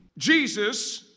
Jesus